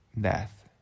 death